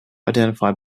identified